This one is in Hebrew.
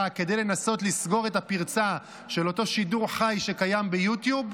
כדי לנסות לסגור את הפרצה של אותו שידור חי שקיים ביוטיוב,